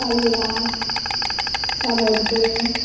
कालया सावड्डें